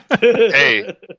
Hey